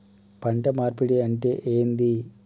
పంట మార్పిడి అంటే ఏంది?